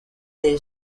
they